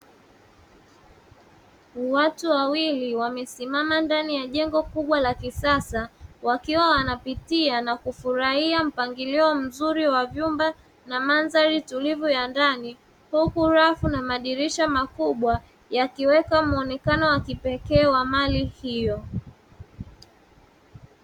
Watu wawili wamesimama ndani ya jengo kubwa la kisasa wakiwa wanapitia na kufurahia mpangilio mzuri wa vyumba na mandhari tulivu ya ndani, huku rafu na madirisha makubwa yakiweka muonekano wakipeke wa mali hiyo.